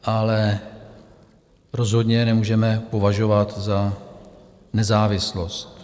Ale rozhodně je nemůžeme považovat za nezávislost.